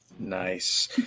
Nice